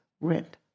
rent